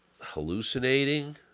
hallucinating